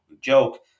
joke